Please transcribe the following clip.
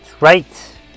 right